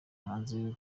hanze